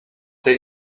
they